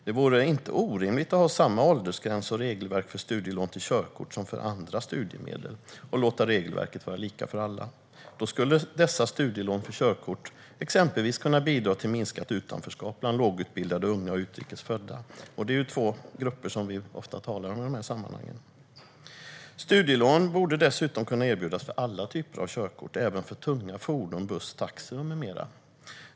Det vore inte orimligt att ha samma åldersgräns och regelverk för studielån till körkort som för andra studiemedel och att låta regelverket vara lika för alla. Då skulle dessa studielån för körkort exempelvis kunna bidra till minskat utanförskap bland lågutbildade unga och utrikes födda, två grupper som vi ofta talar om i dessa sammanhang. Studielån borde dessutom kunna erbjudas för alla typer av körkort, även för tunga fordon, buss, taxi med mera.